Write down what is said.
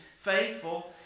faithful